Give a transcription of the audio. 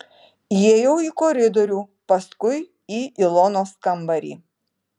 įėjau į koridorių paskui į ilonos kambarį